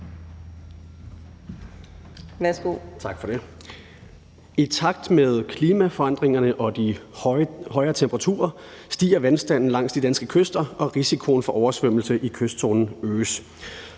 I takt med klimaforandringerne og de højere temperaturer stiger vandstanden langs de danske kyster, og risikoen for oversvømmelse i kystzonen øges.